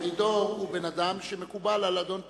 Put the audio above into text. מרידור הוא בן-אדם שמקובל על אדון פינס,